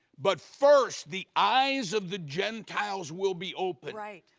but first the eyes of the gentiles will be open. right.